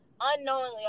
unknowingly